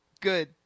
Good